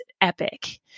epic